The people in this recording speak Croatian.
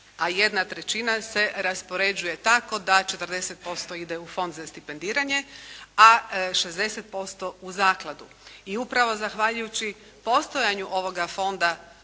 a jedna trećina se raspoređuje tako da 40% ide u Fond za stipendiranje, a 60% u zakladu. I upravo zahvaljujući postojanju ovoga fonda